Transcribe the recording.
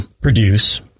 produce